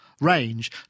range